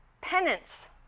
Penance